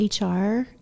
HR